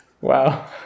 wow